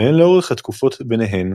והן לאורך התקופות ביניהן.